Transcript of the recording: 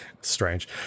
Strange